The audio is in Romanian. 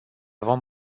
vom